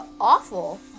awful